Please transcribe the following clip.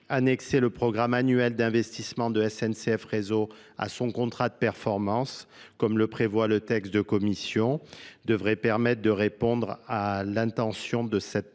annexer le programme annuel d'investissement de N C F réseau à son contrat de performance comme le prévoit le texte de Commission devrait permettre de répondre à l'attention de cett